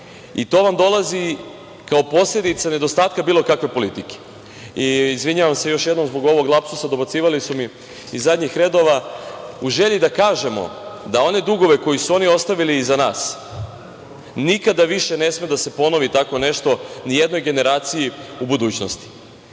I to vam dolazi kao posledica nedostatka bilo kakve politike. Izvinjavam se još jednom zbog ovog lapsusa, dobacivali su mi iz zadnjih redova.U želji da kažemo da one dugove koje su oni ostavili iza nas, nikada više ne sme da se ponovi tako nešto nijednoj generaciji u budućnosti. Kada